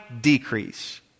decrease